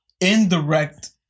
indirect